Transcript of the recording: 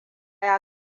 ya